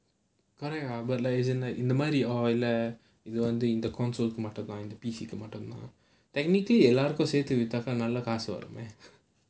correct lah but like as in like இந்த மாதிரி இல்ல இது வந்து:intha maathiri illa idhu vanthu console மட்டும் தான்:mattum thaan P_C மட்டும் தான்:mattum thaan technically எல்லாருக்கும் சேர்த்து வித்தாக்கா நல்ல காசு வருமே:ellaarukkum serthu vithaakka nalla kaasu varumae